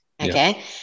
okay